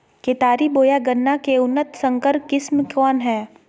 केतारी बोया गन्ना के उन्नत संकर किस्म कौन है?